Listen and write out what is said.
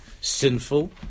sinful